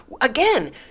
again